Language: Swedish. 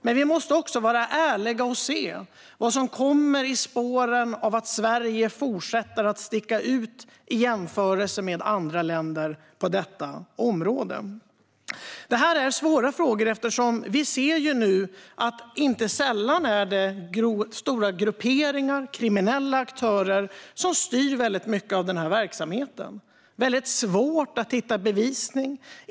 Men vi måste också vara ärliga och se vad som kommer i spåren av att Sverige fortsätter att sticka ut i jämförelse med andra länder på detta område. Det här är svåra frågor. Vi ser att det inte sällan är stora grupperingar av kriminella aktörer som styr väldigt mycket av den här verksamheten. Det är väldigt svårt att hitta bevisning.